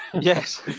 Yes